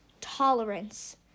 tolerance